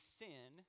sin